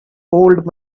old